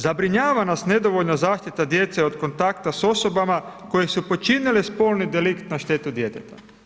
Zabrinjava nas nedovoljna zaštita djece od kontakta sa osobama koje su počinile spolni delikt na štetu djeteta.